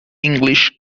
english